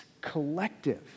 collective